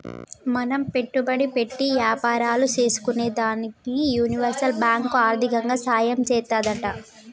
మనం పెట్టుబడి పెట్టి యాపారాలు సేసుకునేదానికి యూనివర్సల్ బాంకు ఆర్దికంగా సాయం చేత్తాదంట